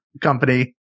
company